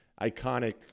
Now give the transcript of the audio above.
iconic